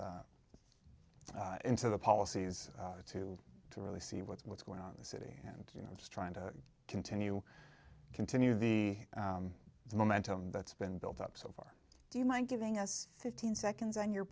as into the policies to really see what's what's going on in the city and you know just trying to continue continue the momentum that's been built up so far do you mind giving us fifteen seconds on your